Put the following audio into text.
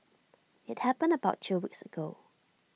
IT happened about two weeks ago